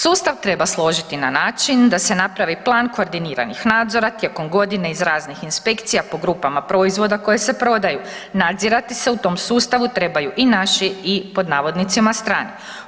Sustav treba složiti na način da se napravi plan koordiniranih nadzora tijekom godine iz raznih inspekcija po grupama proizvoda koji se prodaju, nadzirati se u tom sustavu trebaju i naši i pod navodnicima strani.